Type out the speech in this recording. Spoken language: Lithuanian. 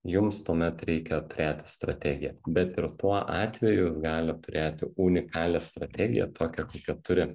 jums tuomet reikia turėti strategiją bet ir tuo atveju jūs galit turėti unikalią strategiją tokią kokią turi